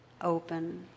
open